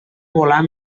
volar